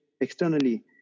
externally